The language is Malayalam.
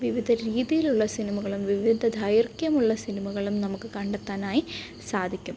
വിവിധ രീതിയിലുള്ള സിനിമകലും വിവിധ ദൈർഘ്യമുള്ള സിനിമകളും നമുക്ക് കണ്ടെത്താനായി സാധിക്കും